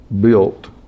built